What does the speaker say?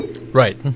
Right